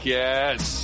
yes